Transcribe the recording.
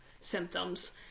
symptoms